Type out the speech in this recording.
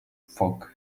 fog